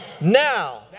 now